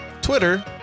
Twitter